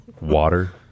water